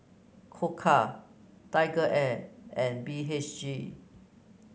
Koka TigerAir and B H G